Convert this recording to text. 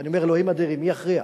ואני אומר: אלוהים אדירים, מי יכריע?